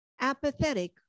apathetic